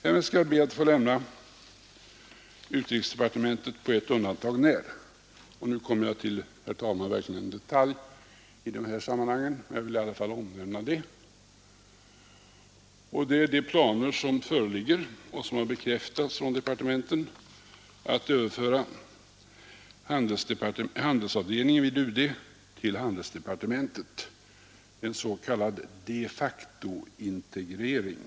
Därmed skall jag lämna utrikesdepartementet på ett undantag när. Och nu kommer jag verkligen till en detalj i de här sammanhangen, men jag vill ändå nämna den. Jag syftar på de planer som föreligger — och som har bekräftats av ifrågavarande departement — att överföra handelsavdel — Nr 112 ningen vid UD till handelsdepartementet, en s.k. de facto-integrering.